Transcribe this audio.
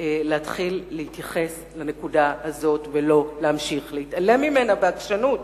להתחיל להתייחס לנקודה הזאת ולא להמשיך להתעלם ממנה בעקשנות,